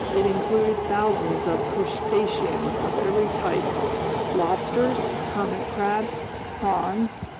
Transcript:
it included thousands of crustaceans of every type lobsters, hermit crabs, prawns,